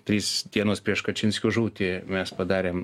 trys dienos prieš kačinskio žūtį mes padarėm